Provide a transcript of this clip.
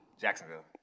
Jacksonville